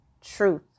truth